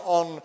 on